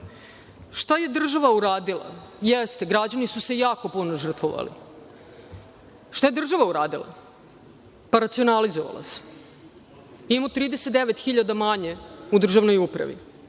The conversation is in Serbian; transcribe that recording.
je država uradila? Jeste, građani su se jako puno žrtvovali. Šta je država uradila? Pa, racionalizovala se. Imamo 39.000 manje u državnoj upravi,